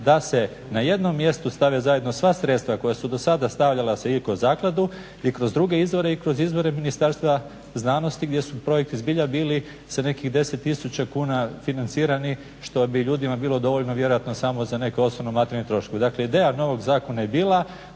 da se na jednom mjestu stave zajedno sva sredstva koja su dosada stavljala se i kroz zakladu i kroz druge izvore i kroz izvore Ministarstva znanosti gdje su projekti zbilja bili sa nekih 10 tisuća kuna financirani što bi ljudima bilo dovoljno vjerojatno samo za neke osnovne materijalne troškove. Dakle, ideja novog zakona je bila